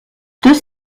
deux